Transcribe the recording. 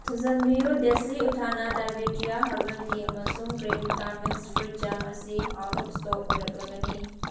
ꯊꯨꯖꯤꯟꯕꯤꯌꯨ ꯗꯦꯁꯤ ꯎꯠꯊꯥꯅꯥ ꯗꯥꯏꯕꯦꯇꯤꯌꯥ ꯍꯥꯔꯕꯦꯜ ꯇꯤ ꯑꯃꯁꯨꯡ ꯀ꯭ꯔꯦꯃꯤꯀꯥ ꯃꯤꯛꯁ ꯐ꯭ꯔꯨꯏꯠ ꯖꯥꯝ ꯑꯁꯤ ꯑꯥꯎꯠ ꯑꯣꯐ ꯏꯁꯇꯣꯛ ꯑꯣꯏꯔꯛꯂꯒꯅꯤ